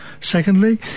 Secondly